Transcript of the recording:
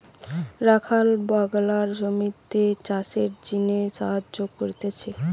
রাখাল বাগলরা জমিতে চাষের জিনে সাহায্য করতিছে